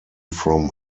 from